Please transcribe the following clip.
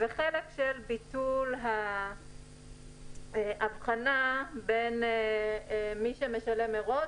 וחלק של ביטול האבחנה בין מי שמשלם מראש